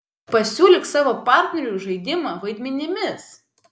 pasiūlyk savo partneriui žaidimą vaidmenimis